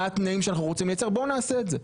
מה התנאים שאנחנו רוצים בואו נעשה את זה,